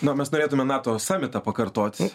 na mes norėtume nato samitą pakartot